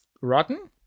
rotten